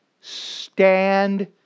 Stand